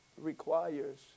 requires